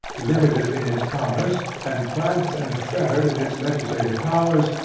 limited in its commerce, and cramped and fettered in its legislative powers,